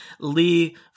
Lee